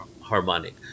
harmonic